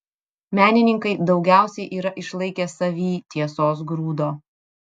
menininkai daugiausiai yra išlaikę savyj tiesos grūdo